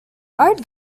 art